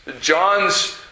John's